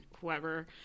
whoever